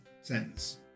sentence